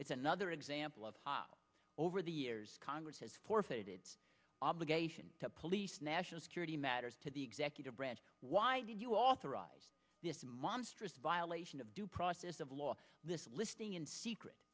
it's another example of how over the years congress has forfeited obligation to police national security matters to the executive branch why did you authorize this monstrous violation of due process of law this listing in secret